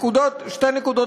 תודה רבה.